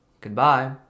Goodbye